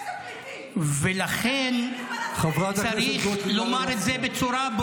חברת הכנסת גוטליב, בבקשה.